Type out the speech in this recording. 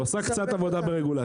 הוא עשה קצת עבודה ברגולציה.